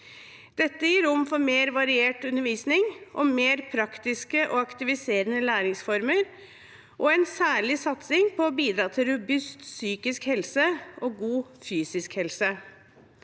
Dette gir rom for mer variert undervisning, mer praktiske og aktiviserende læringsformer og en særlig satsing på å bidra til robust psykisk helse og god fysisk helse.